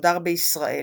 שודר בישראל.